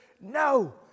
No